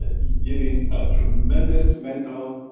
ah you've been a tremendous mental